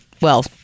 well-